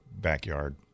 backyard